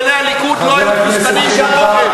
לא נמאס לכם להיות פופוליסטים ולדבר לציבורים